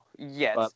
Yes